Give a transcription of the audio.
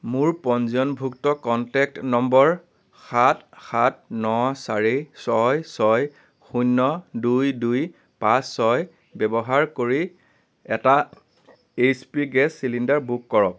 মোৰ পঞ্জীয়নভুক্ত contact number সাত সাত ন চাৰি ছয় ছয় শূন্য দুই দুই পাঁচ ছয় ব্যৱহাৰ কৰি এটা H P gas cylinder book কৰক